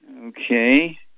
Okay